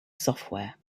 software